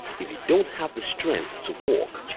if you don't have the strength to walk,